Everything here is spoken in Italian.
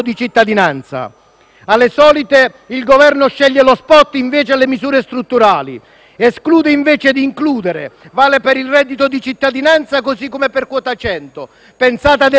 Alle solite, il Governo sceglie lo *spot* invece delle misure strutturali, esclude invece di includere; vale per il reddito di cittadinanza, così come per quota cento, pensata ad esclusivo vantaggio